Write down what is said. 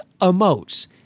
emotes